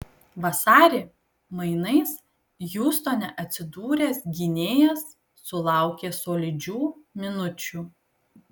vasarį mainais hjustone atsidūręs gynėjas sulaukė solidžių minučių